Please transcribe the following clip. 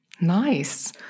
nice